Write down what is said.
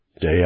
day